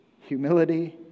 humility